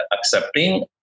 accepting